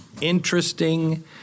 interesting